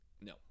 No